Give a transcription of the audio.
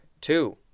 Two